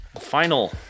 final